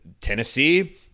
Tennessee